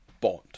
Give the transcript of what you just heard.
Bond